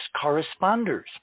corresponders